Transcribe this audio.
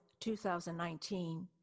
2019